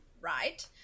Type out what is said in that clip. right